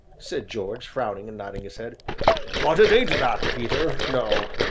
said george, frowning and nodding his head but it ain't that, peter, no,